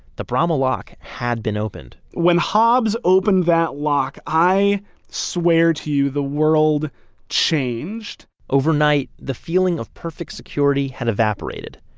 the bramah lock had been opened when hobbs opened that lock, i swear to you, the world changed overnight, the feeling of perfect security had evaporated,